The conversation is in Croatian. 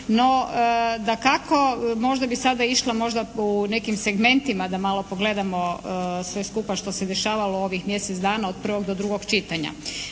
no dakako možda bi sada išla možda u nekim segmentima da malo pogledamo sve skupa što se dešavalo u ovih mjesec dana od prvog do drugog čitanja.